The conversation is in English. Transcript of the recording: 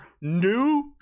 new